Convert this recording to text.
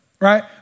Right